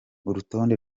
urutonde